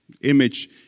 Image